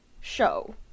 show